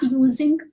using